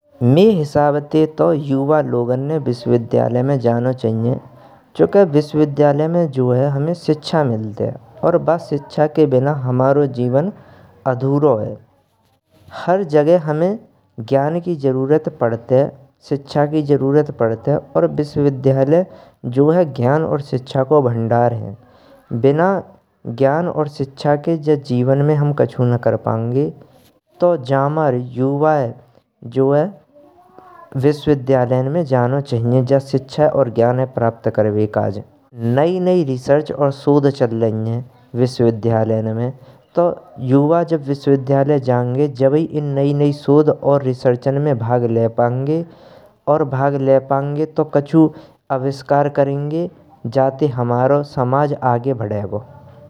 मेये हिसाब ते तो युवा लोग ने विश्वविद्यालये में जानो चाहियें। चूंकि विश्वविद्यालये में हमें शिक्षा मिलते और ब शिक्षा के बिना हमारो जीवन अधूरो है। हर जगह हमें ज्ञान की जरूरत पडते शिक्षा की जरूरत पड़ते, और विश्वविद्यालये ज्ञान और शिक्षा को भण्डार है बिना शिक्षा और ज्ञान के हम जा जीवन में कऊछु न कर पाएंगे। तो जमार युवाय जो है विश्वविद्यालये में जानो चाहियें जा सिखायें और ज्ञानायें प्राप्त करवे काज। नई नई रिसर्च और शोध चल रही हैं। विश्वविद्यालये में तो युवा जब विश्वविद्यालये जायेंगे जबई इन नई नई रिसर्च और शोध में भाग ले पाएंगे। और भाग ले पाएंगे तो कछु आविष्कार करेंगे, जाते हमारो समाज आगे बढेगो।